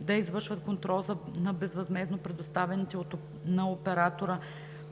да извършват контрол на безвъзмездно предоставените на оператора